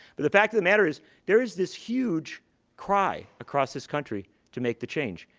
but the fact of the matter is there's this huge cry across this country to make the change.